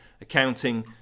accounting